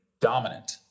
dominant